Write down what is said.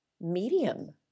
medium